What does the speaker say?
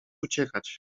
uciekać